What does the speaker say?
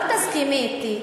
אל תסכימי אתי.